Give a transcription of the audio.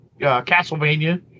Castlevania